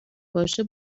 باشه